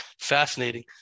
fascinating